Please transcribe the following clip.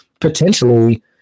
potentially